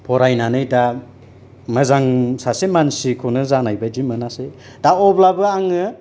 फरायनानै दा मोजां सासे मानसिखौनो जानाय बायदि मोनासै दा अब्लाबो आङो